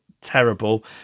terrible